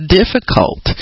difficult